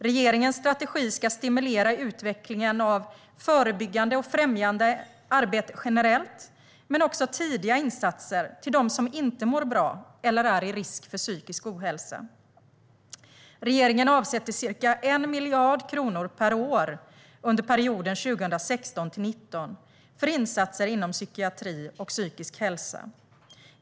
Regeringens strategi ska stimulera utvecklingen av förebyggande och främjande arbete generellt men också tidiga insatser till dem som inte mår bra eller är i risk för psykisk ohälsa. Regeringen avsätter ca 1 miljard kronor per år under perioden 2016-2019 för insatser inom psykiatri och psykisk hälsa.